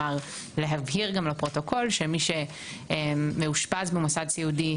להבהיר לפרוטוקול שמי שמאושפז במוסד סיעודי,